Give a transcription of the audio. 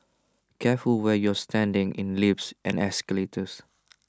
careful where you're standing in lifts and escalators